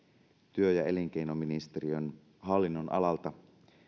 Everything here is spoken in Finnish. työ ja elinkeinoministeriön hallinnonalalta